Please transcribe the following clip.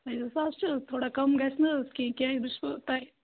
سُہ حظ چھِ تھوڑا کَم گژھِ نہ حظ کِہیٖنۍ کیٛازِ بہٕ چھَس وۄنۍ توہہِ